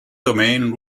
domain